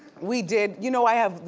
we did, you know i have,